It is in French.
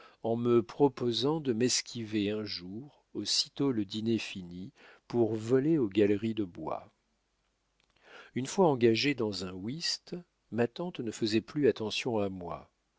en me proposant de m'esquiver un jour aussitôt le dîner fini pour voler aux galeries de bois une fois engagée dans un whist ma tante ne faisait plus attention à moi